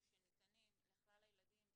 אנחנו מדברים אם זה במשרד החינוך ואם